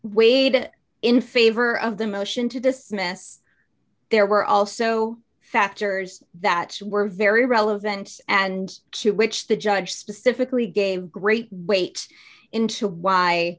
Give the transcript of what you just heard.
weighed in favor of the motion to dismiss there were also factors that were very relevant and to which the judge specifically gave great weight into why